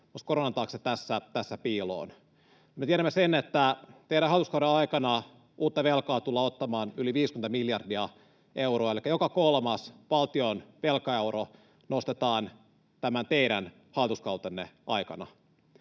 koronan taakse tässä piiloon. Me tiedämme sen, että teidän hallituskautenne aikana uutta velkaa tullaan ottamaan yli 50 miljardia euroa, elikkä joka kolmas valtion velkaeuro nostetaan tämän teidän hallituskautenne aikana.